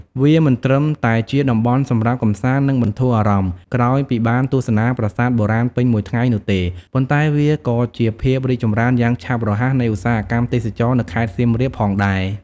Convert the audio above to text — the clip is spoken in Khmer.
វាមិនត្រឹមតែជាតំបន់សម្រាប់ កម្សាន្ត និងបន្ធូរអារម្មណ៍ ក្រោយពីបានទស្សនាប្រាសាទបុរាណពេញមួយថ្ងៃនោះទេ ប៉ុន្តែវាក៏ជាភាពរីកចម្រើនយ៉ាងឆាប់រហ័សនៃឧស្សាហកម្មទេសចរណ៍ នៅខេត្តសៀមរាបផងដែរ។